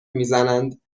میزنند